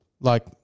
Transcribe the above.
like-